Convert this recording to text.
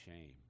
shame